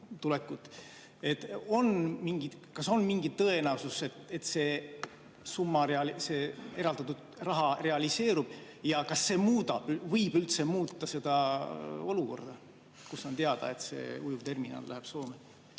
tulekut? Kas on mingi tõenäosus, et see summa, see eraldatud raha realiseerub? Ja kas see muudab, võib üldse muuta seda olukorda, kus on teada, et see ujuvterminal läheb Soome?